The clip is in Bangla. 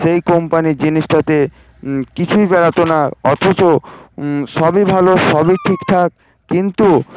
সেই কোম্পানির জিনিসটাতে কিছুই বেরাতো না অথচ সবই ভালো সবই ঠিকঠাক কিন্তু